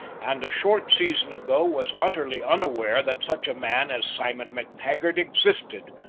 and a short season ago was utterly unaware that such a man as simon mactaggart existed,